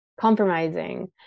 compromising